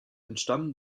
entstammen